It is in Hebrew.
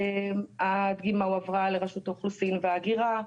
הדגימה הועברה לרשות האוכלוסין וההגירה.